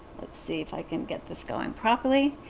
let's see if i can get this going properly.